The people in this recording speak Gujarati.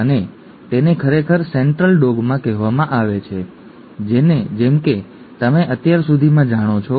અને તેને ખરેખર સેન્ટ્રલ ડોગમા કહેવામાં આવે છે જેમ કે તમે અત્યાર સુધીમાં જાણો છો